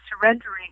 surrendering